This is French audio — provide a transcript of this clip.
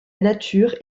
nature